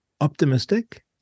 optimistic